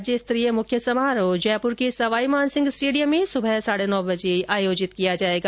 राज्यस्तरीय मुख्य समारोह जयपुर के सवाईमानसिंह स्टेडियम में सुबह साढे नौ बजे आयोजित किया जाएगा